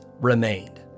remained